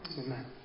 Amen